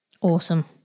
Awesome